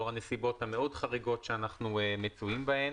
לאור הנסיבות המאוד חריגות שאנחנו מצויים בהן.